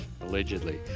Allegedly